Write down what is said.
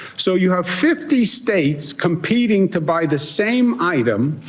so you have fifty states competing to buy the same item.